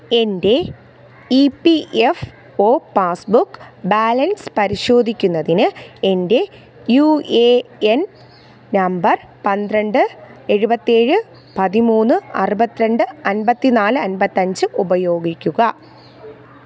എൻ്റെ E P F O passbook balance പരിശോധിക്കുന്നതിന് എൻ്റെ യു എ എൻ നമ്പർ പന്ത്രണ്ട് എഴുപത്തേഴ് പതിമൂന്ന് അറുപത്തിരണ്ട് അൻപത്തിനാല് അൻപത്തഞ്ച് ഉപയോഗിക്കുക